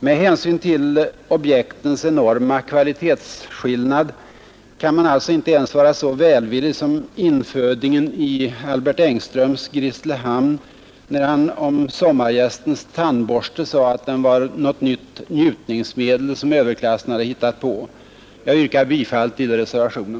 Med hänsyn till objektens enorma kvalitetsskillnad kan man inte ens vara så välvillig som kolingens halvbror hos Albert Engström när han om sommargästens tandborstning sade att den var ett nytt njutningsmedel som överklassen hade hittat på. Jag yrkar bifall till reservationen.